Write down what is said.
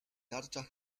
tarcza